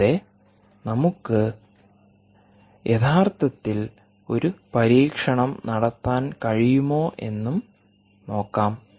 കൂടാതെ നമുക്ക് യഥാർത്ഥത്തിൽ ഒരു പരീക്ഷണം നടത്താൻ കഴിയുമോ എന്നും നോക്കാം